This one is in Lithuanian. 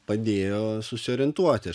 padėjo susiorientuoti aš